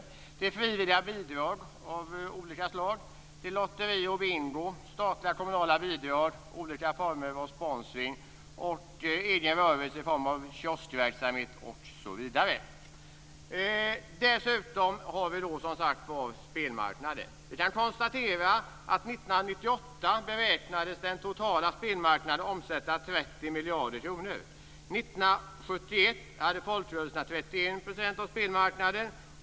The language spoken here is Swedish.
Det är frivilliga bidrag av olika slag, lotterier och bingo, statliga och kommunala bidrag, olika former av sponsring och egna rörelser i form av kioskverksamhet osv. Dessutom har vi spelmarknaden. Vi kan konstatera att 1998 beräknades den totala spelmarknaden omsätta 30 miljarder kronor. 1971 hade folkrörelserna 31 % av spelmarknaden.